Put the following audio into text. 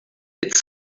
hit